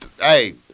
hey